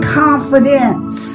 confidence